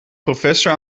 professor